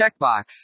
checkbox